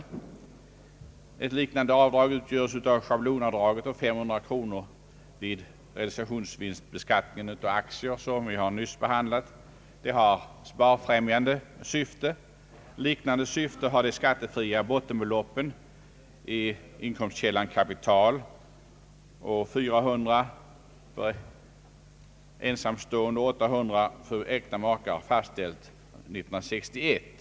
Ytterligare ett liknande avdrag är sechablonavdraget på 500 kronor vid realisationsvinstbeskattningen av aktier, vilket vi nyss har behandlat och som har ett sparfrämjande syfte. Ett liknande syfte har beträffande inkomstkällan kapital de skattefria bottenbeloppen på 400 kronor för ensamstående och 800 kronor för äkta makar, fastställda år 1961.